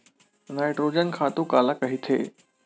Nitrogen खातु काला कहिथे?